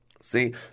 See